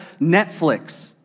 Netflix